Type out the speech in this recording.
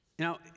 Now